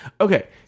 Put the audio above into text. Okay